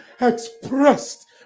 expressed